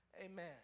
Amen